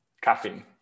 caffeine